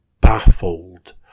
baffled